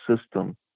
system